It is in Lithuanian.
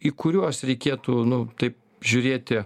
į kuriuos reikėtų nu taip žiūrėti